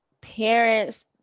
parents